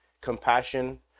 compassion